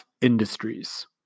Industries